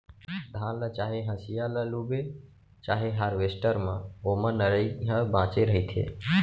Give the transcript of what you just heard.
धान ल चाहे हसिया ल लूबे चाहे हारवेस्टर म ओमा नरई ह बाचे रहिथे